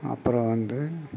அப்புறம் வந்து